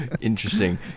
Interesting